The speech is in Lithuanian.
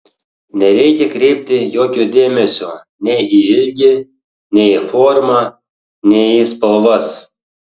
nereikia kreipti jokio dėmesio nei į ilgį nei į formą nei į spalvas